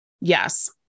Yes